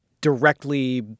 directly